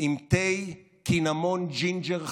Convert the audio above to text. עם תה קינמון ג'ינג'ר חמים.